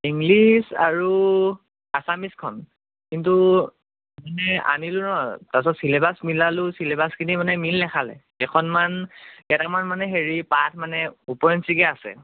English আৰু আছামিজখন কিন্তু মানে আনিলোঁ ন তাৰ পিছত ছিলেবাছ মিলালোঁ ছিলেবাছখিনি মানে মিল নাখালে কেইখনমান কেইটামান মানে হেৰি পাঠ মানে উপৰিঞ্চিকৈ আছে